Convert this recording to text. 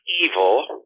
evil